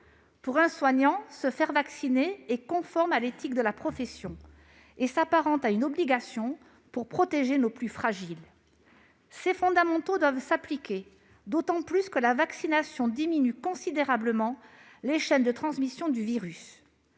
Pour un soignant, se faire vacciner est conforme à l'éthique de la profession et s'apparente à une obligation pour protéger nos plus fragiles. Ces fondamentaux doivent s'appliquer d'autant plus que la vaccination diminue considérablement les chaînes de transmission du virus.